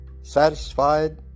satisfied